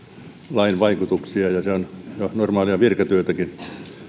lain vaikutuksia ja se on jo normaalia virkatyötäkin ja